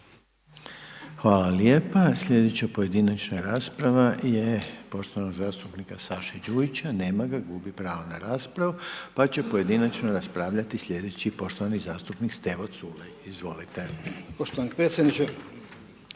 Hvala lijepa. Sljedeća pojedinačna rasprava je poštovanog zastupnika Saše Đujića. Nema ga. Gubi pravo na raspravu. Pa će pojedinačno raspravljati sljedeći, poštovani zastupnik Stevo Culej. Izvolite. **Culej,